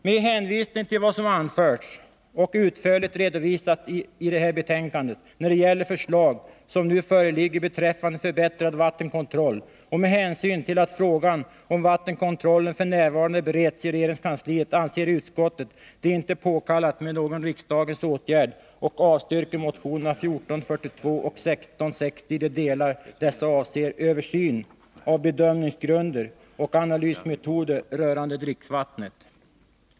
Med hänvisning till vad som anförts och utförligt redovisats i det här betänkandet när det gäller förslag som nu föreligger beträffande förbättrad vattenkontroll och med hänsyn till att frågan om vattenkontrollen f.n. bereds i regeringskansliet anser utskottet det inte påkallat med någon riksdagens åtgärd och avstyrker motionerna 1442 och 1660 i de delar dessa avser översyn av bedömningsgrunder och analysmetoder rörande dricksvatten.